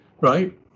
right